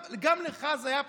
גם לך זה היה פשוט.